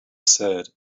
said